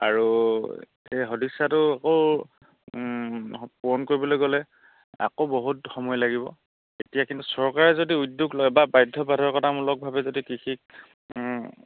আৰু সেই সদ ইচ্ছাটো আকৌ পূৰণ কৰিবলৈ গ'লে আকৌ বহুত সময় লাগিব এতিয়া কিন্তু চৰকাৰে যদি উদ্যোগ লয় বা বাধ্য বাধকতামূলকভাৱে যদি কৃষিক